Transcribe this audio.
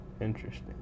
Interesting